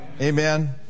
Amen